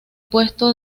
puesto